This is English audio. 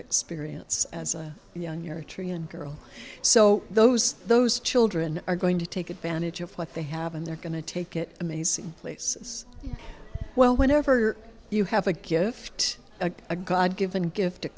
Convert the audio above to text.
experience as a young your tree and girl so those those children are going to take advantage of what they have and they're going to take it amazing places well whenever you have a gift a god given gift to